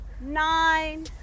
nine